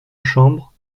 chambre